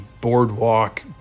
boardwalk